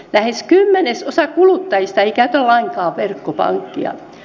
lähes kymmenesosa kuluttajista ei käytä lainkaan verkkopankkia